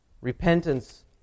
repentance